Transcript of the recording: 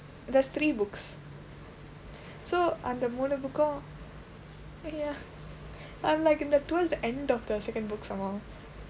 there's three books so அந்த மூன்று:andtha muunru book ya I'm like in the twelve end of the second book some more